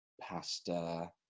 pasta